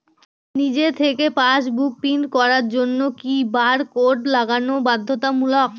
নিজে থেকে passbook print করার জন্য কি বারকোড লাগানো বাধ্যতামূলক?